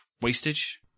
wastage